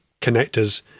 connectors